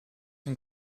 een